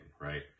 right